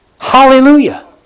Hallelujah